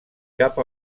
cap